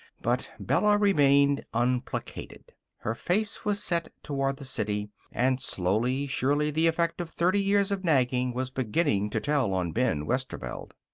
but bella remained unplacated. her face was set toward the city. and slowly, surely, the effect of thirty years of nagging was beginning to tell on ben westerveld.